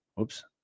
Oops